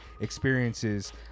experiences